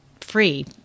free